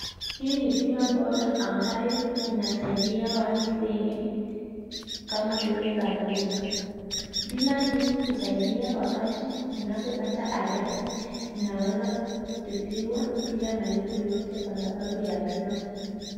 Hii ni bima bora ambayo inasaidia watu wengi kama vile familia, bima hii husaidia wakati unapopata ajali unaweza kutibiwa bila malipo yoyote kwasababu ya bima hii.